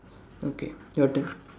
okay your turn